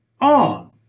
On